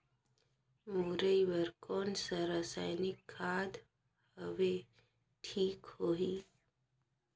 मुरई बार कोन सा रसायनिक खाद हवे ठीक होही?